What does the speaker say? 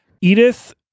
Edith